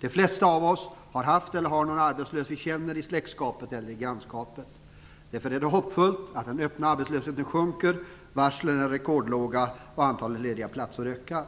De flesta av oss har eller har haft någon arbetslös som vi känner, i släktskapet eller i grannskapet. Därför är det hoppfullt att den öppna arbetslösheten sjunker, att varslen är rekordlåga och att antalet lediga platser ökar.